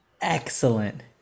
excellent